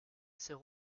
sert